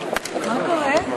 פורה,